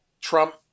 Trump